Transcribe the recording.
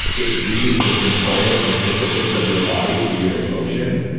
it reads the sensorium and symphysis of your body through your emotions.